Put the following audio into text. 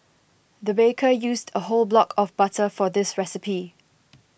the baker used a whole block of butter for this recipe